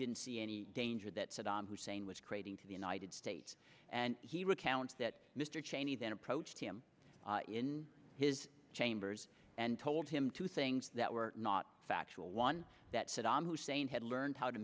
didn't see any danger that saddam hussein was creating to the united states and he recounts that mr cheney then approached him in his chambers and told him two things that were not factual one that saddam hussein had learned how to